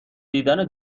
دیدن